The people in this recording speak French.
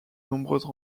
nombreuses